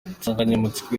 insanganyamatsiko